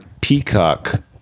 Peacock